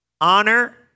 Honor